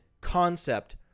concept